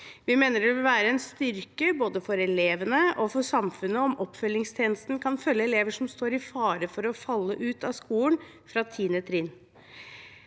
Vi mener det vil være en styrke både for elevene og for samfunnet om oppfølgingstjenesten kan følge elever fra 10. trinn som står i fare for å falle ut av skolen. Dersom